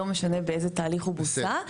לא משנה באיזה תהליך הוא בוצע,